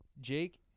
Jake